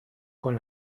con